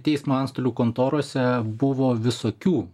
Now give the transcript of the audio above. teismo antstolių kontorose buvo visokių